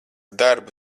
darbu